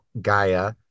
Gaia